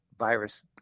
virus